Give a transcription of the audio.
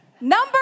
Number